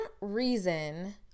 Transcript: reason